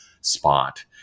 spot